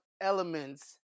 elements